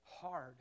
hard